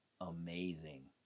amazing